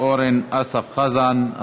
אורן אסף חזן.